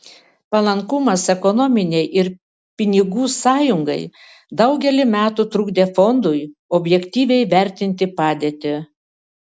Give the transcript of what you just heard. palankumas ekonominei ir pinigų sąjungai daugelį metų trukdė fondui objektyviai vertinti padėtį